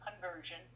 conversion